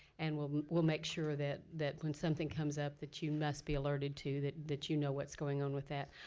and we'll we'll make sure that that when something comes up, that you must be alerted too. that that you know what's going on with that.